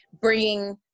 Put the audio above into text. bringing